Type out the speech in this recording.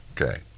Okay